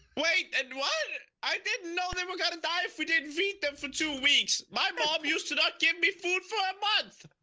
wait, ah and what? i didn't know they were gonna die if we didn't feed them for two weeks! my mom used to not give me food for a month!